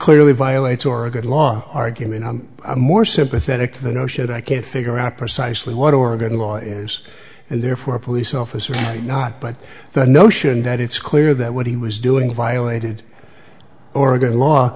clearly violates or a good law argument a more sympathetic to the notion that i can't figure out precisely what oregon law is and therefore a police officer or not but the notion that it's clear that what he was doing violated oregon law